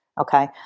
Okay